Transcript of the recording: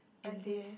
okay